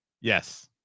Yes